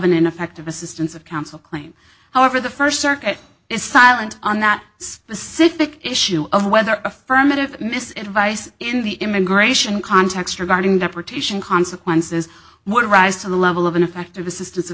an ineffective assistance of counsel claim however the first circuit is silent on that specific issue of whether affirmative miss vice in the immigration context regarding the protection consequences would rise to the level of ineffective assistance of